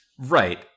Right